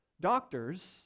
doctors